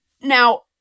Now